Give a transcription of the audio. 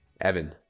Evan